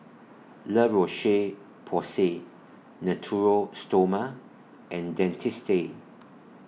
La Roche Porsay Natura Stoma and Dentiste